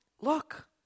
look